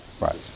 Right